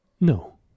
no